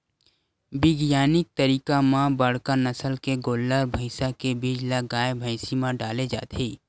बिग्यानिक तरीका म बड़का नसल के गोल्लर, भइसा के बीज ल गाय, भइसी म डाले जाथे